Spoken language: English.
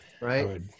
Right